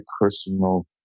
personal